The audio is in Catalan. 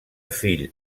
fill